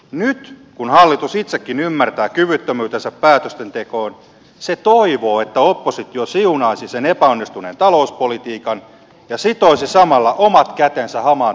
nyt kun hallitus itsekin ymmärtää kyvyttömyytensä päätöstentekoon se toivoo että oppositio siunaisi sen epäonnistuneen talouspolitiikan ja sitoisi samalla omat kätensä hamaan tulevaisuuteen